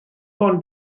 ond